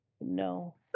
no